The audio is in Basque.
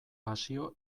pasio